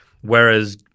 Whereas